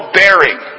bearing